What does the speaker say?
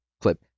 clip